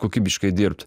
kokybiškai dirbt